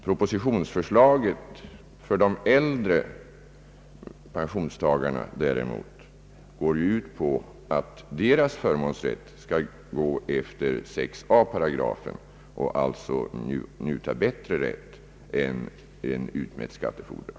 Propositionsförslaget beträffande de äldre pensionstagarna däremot går ut på att deras förmånsrätt skall gå efter 6 a § och alltså njuta bättre rätt än utmätt skattefordran.